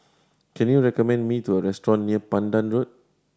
can you recommend me to a restaurant near Pandan Road